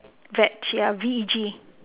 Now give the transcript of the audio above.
veg ya V E G